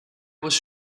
was